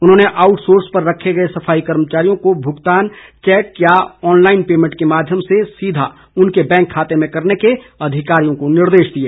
उन्होंने outsource पर रखे गए सफाई कर्मचारियों को भूगतान चैक या ऑनलाईन पैमेंट के माध्यम से सीधा उनके बैंक खाते में करने के अधिकारियों को निर्देश दिए